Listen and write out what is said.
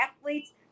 athletes